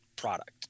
product